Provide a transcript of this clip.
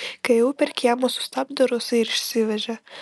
kai ėjau per kiemą sustabdė rusai ir išsivežė